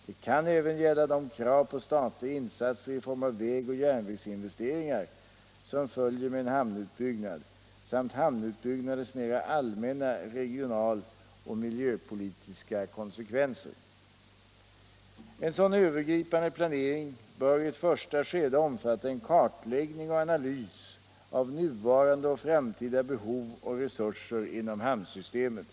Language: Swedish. Det kan även gälla de krav på statliga insatser i form av väg och järnvägsinvesteringar som följer med en hamnutbyggnad samt hamnutbyggnaders mera allmänna regional och miljöpolitiska konsekvenser. En sådan övergripande planering bör i ett första skede omfatta en kartläggning och analys av nuvarande och framtida behov och resurser inom hamnsystemet.